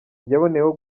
yaboneyeho